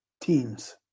teams